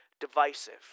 divisive